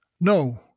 No